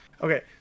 Okay